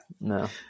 No